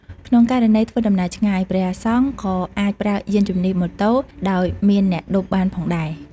ក្នុងករណីធ្វើដំណើរឆ្ងាយ ព្រះសង្ឃក៏អាចប្រើយានជំនិះម៉ូតូ ដោយមានអ្នកឌុបបានផងដែរ ។